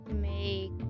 make